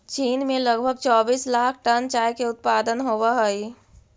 चीन में लगभग चौबीस लाख टन चाय के उत्पादन होवऽ हइ